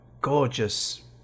gorgeous